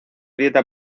dieta